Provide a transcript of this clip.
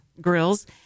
grills